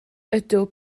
ydw